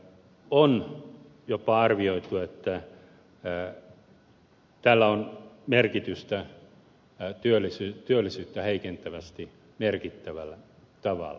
on jopa arvioitu että tällä on merkitystä työllisyyttä heikentävästi merkittävällä tavalla